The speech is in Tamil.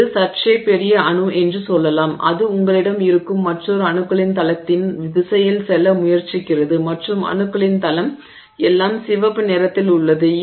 இது சற்றே பெரிய அணு என்று சொல்லலாம் அது உங்களிடம் இருக்கும் மற்றொரு அணுக்களின் தளத்தின் திசையில் செல்ல முயற்சிக்கிறது மற்றும் அணுக்களின் தளம் எல்லாம் சிவப்பு நிறத்தில் உள்ளது